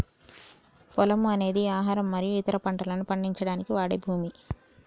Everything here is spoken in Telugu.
పొలము అనేది ఆహారం మరియు ఇతర పంటలను పండించడానికి వాడే భూమి